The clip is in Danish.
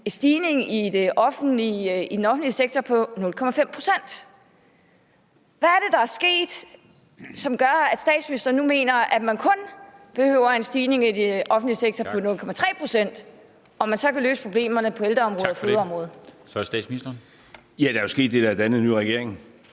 en stigning i den offentlige sektor på 0,5 pct. Hvad er det, der er sket, som gør, at statsministeren nu mener, at man kun behøver en stigning i den offentlige sektor på 0,3 pct., og at man så kan løse problemerne på ældreområdet og fødeområdet? Kl. 22:19 Første næstformand (Henrik Dam Kristensen):